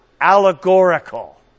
allegorical